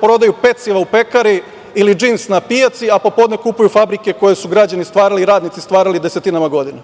prodaju peciva u pekari ili džins na pijaci, a popodne kupuju fabrike koje su građani i radnici stvarali desetinama godina.